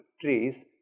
trees